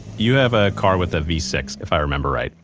you have a car with a v six if i remember right?